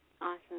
Awesome